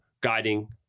guiding